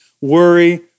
worry